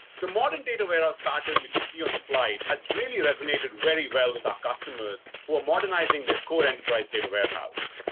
the modern data warehouse pattern which you see on the slide, has really resonated very well with our ah customers who are modernizing their core enterprise data warehouse.